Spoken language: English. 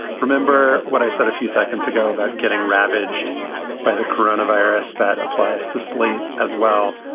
remember what i said a few seconds ago about getting ravaged by the corona virus that applies to slate as well.